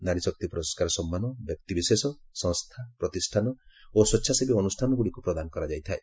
ନାରୀଶକ୍ତି ପୁରସ୍କାର ସମ୍ମାନ ବ୍ୟକ୍ତିବିଶେଷ ସଂସ୍ଥା ପ୍ରତିଷ୍ଠାନ ଓ ସ୍ୱେଚ୍ଛାସେବୀ ଅନୁଷ୍ଠାନଗୁଡ଼ିକୁ ପ୍ରଦାନ କରାଯାଇଥାଏ